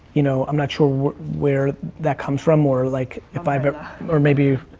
you know, i'm not sure where that comes from, or, like, if i've or or maybe,